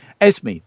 Esme